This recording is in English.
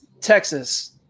Texas